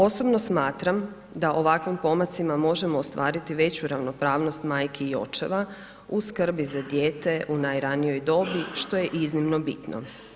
Osobno smatram da ovakvim pomacima možemo ostvariti veću ravnopravnost majki i očeva u skrbi za dijete u najranijoj dobi što je iznimno bitno.